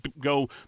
go